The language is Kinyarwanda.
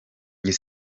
njye